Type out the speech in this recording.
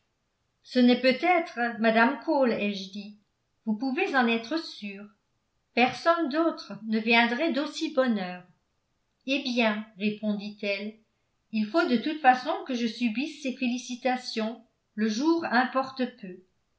ce ne peut être mme cole ai-je dit vous pouvez en être sûre personne d'autre ne viendrait d'aussi bonne heure eh bien répondit-elle il faut de toute façon que je subisse ses félicitations le jour importe peu